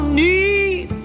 need